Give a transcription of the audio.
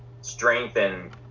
strengthen